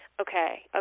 Okay